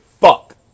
fuck